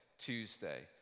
Tuesday